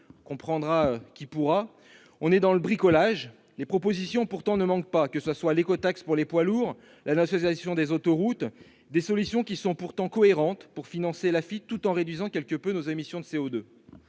On est dans le bricolage. Les propositions, pourtant, ne manquent pas, que ce soit l'écotaxe pour les poids lourds ou la nationalisation des autoroutes, qui sont des solutions cohérentes pour financer l'Afitf tout en réduisant quelque peu nos émissions de CO2.